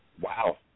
Wow